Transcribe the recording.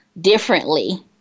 differently